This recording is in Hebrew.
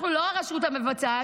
אנחנו לא הרשות המבצעת,